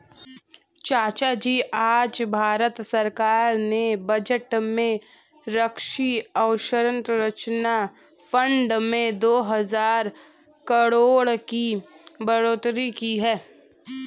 चाचाजी आज भारत सरकार ने बजट में कृषि अवसंरचना फंड में दो हजार करोड़ की बढ़ोतरी की है